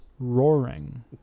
roaring